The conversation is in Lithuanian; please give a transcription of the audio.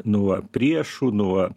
nuo priešų nuo